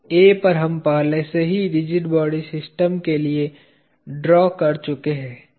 A पर हम पहले से ही रिजिड बॉडी सिस्टम के लिए ड्रा कर चुके है